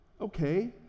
Okay